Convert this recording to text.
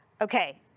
okay